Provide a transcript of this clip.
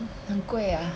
很贵 ah